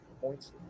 points